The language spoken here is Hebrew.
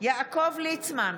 יעקב ליצמן,